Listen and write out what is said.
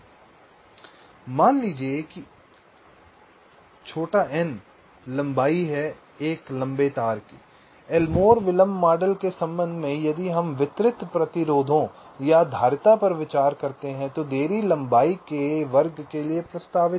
slide समय का संदर्भ लें 3044 मान लीजिए कि n लंबाई का एक लंबा तार है एलमोर विलंब मॉडल के संबंध में यदि हम वितरित प्रतिरोधों और धारिता पर विचार करते हैं तो देरी लंबाई के वर्ग के लिए प्रस्तावित है